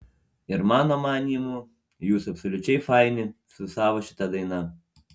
ir mano manymu jūs absoliučiai faini su savo šita daina